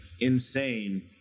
insane